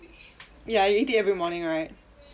ya you eat it every morning right